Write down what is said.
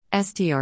str